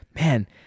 man